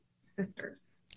sisters